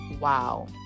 wow